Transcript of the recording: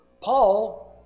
Paul